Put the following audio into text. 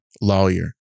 lawyer